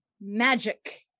magic